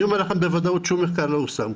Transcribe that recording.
אני אומר לכם בוודאות, שום מחקר לא יושם.